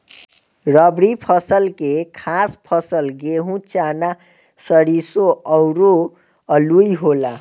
रबी फसल के खास फसल गेहूं, चना, सरिसो अउरू आलुइ होला